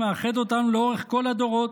מאחד אותנו לאורך כל הדורות.